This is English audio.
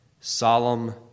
solemn